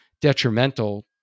detrimental